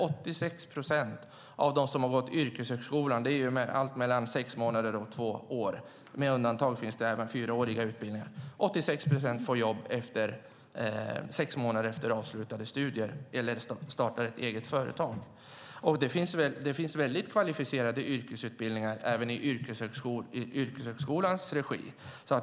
86 procent av dem som gått yrkeshögskolan - det är allt mellan sex månader och två år; undantagsvis finns även fyraåriga utbildningar - får jobb eller startar eget företag inom sex månader efter avslutade studier. Det finns väldigt kvalificerade yrkesutbildningar även i yrkeshögskolans regi.